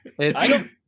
It's-